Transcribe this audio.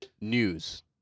news